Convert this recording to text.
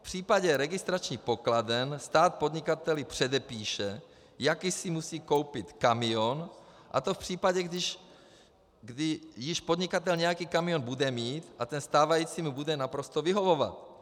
V případě registračních pokladen stát podnikateli předepíše, jaký si musí koupit kamion, a to v případě, kdy již podnikatel nějaký kamion bude mít a ten stávající mu bude naprosto vyhovovat.